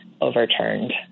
overturned